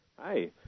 Hi